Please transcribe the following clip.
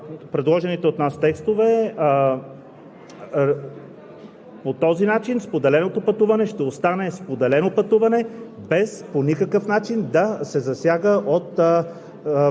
колко са загиналите при ПТП-та от нерегламентиран превоз. Затова отново искам да подчертая, че с предложените от нас текстове